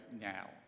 now